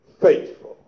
faithful